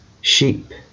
Sheep